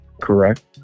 Correct